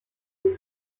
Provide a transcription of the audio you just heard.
dem